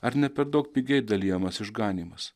ar ne per daug pigiai dalijamas išganymas